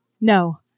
No